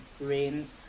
rain